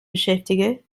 beschäftige